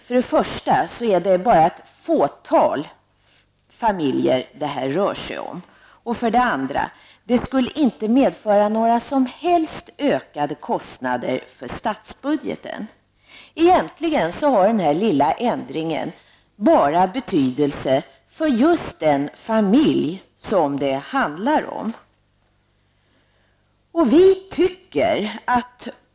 För det första är det bara ett fåtal familjer som det här rör sig om. För det andra skulle det inte medföra några som helst ökade utgifter i statsbudgeten. Egentligen har den här lilla ändringen bara betydelse för just den familj som det handlar om.